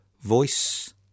voice